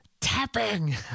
tapping